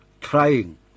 trying